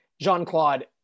Jean-Claude